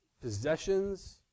possessions